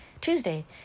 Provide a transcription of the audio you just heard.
Tuesday